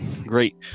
great